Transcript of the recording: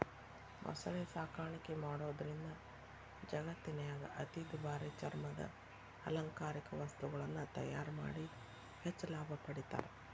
ಮೊಸಳೆ ಸಾಕಾಣಿಕೆ ಮಾಡೋದ್ರಿಂದ ಜಗತ್ತಿನ್ಯಾಗ ಅತಿ ದುಬಾರಿ ಚರ್ಮದ ಅಲಂಕಾರಿಕ ವಸ್ತುಗಳನ್ನ ತಯಾರ್ ಮಾಡಿ ಹೆಚ್ಚ್ ಲಾಭ ಪಡಿತಾರ